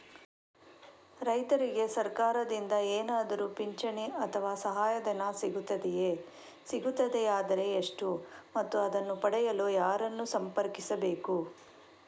ರೈತರಿಗೆ ಸರಕಾರದಿಂದ ಏನಾದರೂ ಪಿಂಚಣಿ ಅಥವಾ ಸಹಾಯಧನ ಸಿಗುತ್ತದೆಯೇ, ಸಿಗುತ್ತದೆಯಾದರೆ ಎಷ್ಟು ಮತ್ತು ಅದನ್ನು ಪಡೆಯಲು ಯಾರನ್ನು ಸಂಪರ್ಕಿಸಬೇಕು?